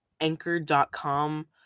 anchor.com